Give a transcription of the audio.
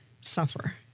suffer